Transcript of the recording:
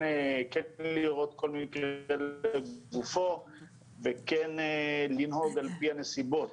לראות כל מקרה לגופו וכן לנהוג על פי הנסיבות.